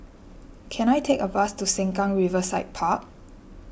can I take a bus to Sengkang Riverside Park